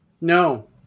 No